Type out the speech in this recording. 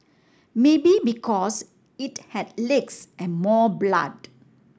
maybe because it had legs and more blood